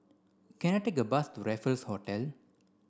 can I take a bus to Raffles Hotel